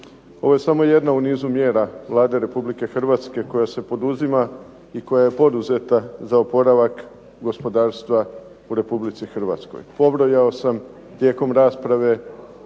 Ovo je samo jedna u nizu mjera Vlade Republike Hrvatske koja se poduzima i koja je poduzeta za oporavak gospodarstva u Republici Hrvatskoj. Pobrojao sam tijekom rasprave,